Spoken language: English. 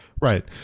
Right